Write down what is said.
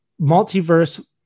Multiverse